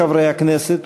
חברי הכנסת,